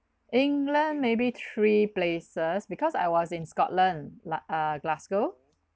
england maybe three places because I was in scotland ah glasgow